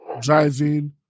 driving